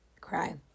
cry